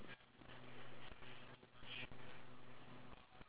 as long as we take the time to exercise